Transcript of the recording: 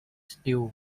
still